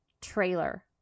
trailer